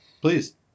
Please